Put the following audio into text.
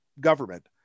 government